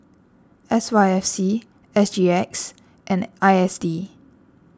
S Y F C S G X and I S D